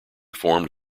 formed